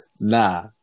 nah